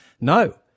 no